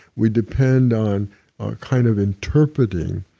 we depend on our kind of interpreting,